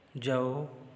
ਜਾਓ